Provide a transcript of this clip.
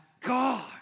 God